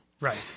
Right